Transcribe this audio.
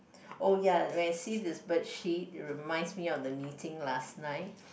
oh ya when I see of this bird shit it reminds me of the meeting last night